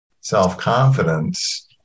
self-confidence